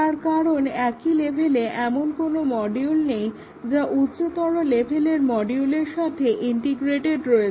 তার কারণ একই লেভেলে এমন কোনো মডিউল নেই যা উচ্চতর লেভেলের মডিউলের সাথে ইন্টিগ্রেটেড রয়েছে